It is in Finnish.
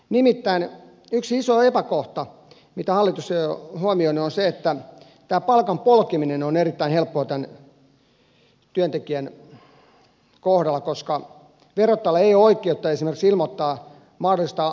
nimittäin yksi iso epäkohta jota hallitus ei ole huomioinut on se että tämä palkan polkeminen on erittäin helppoa tämän työntekijän kohdalla koska verottajalla ei ole oikeutta ilmoittaa esimerkiksi mahdollista alipalkkaepäilyä työsuojeluviranomaiselle